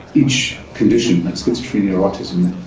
each condition, like schizophrenia or autism,